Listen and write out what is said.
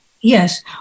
Yes